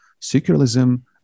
secularism